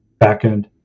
Backend